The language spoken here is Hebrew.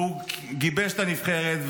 והוא גיבש את הנבחרת,